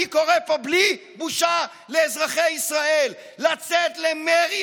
אני קורא פה בלי בושה לאזרחי ישראל לצאת למרי